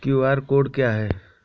QR code क्या है?